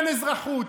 אין אזרחות,